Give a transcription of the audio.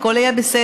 והכול היה בסדר.